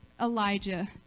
Elijah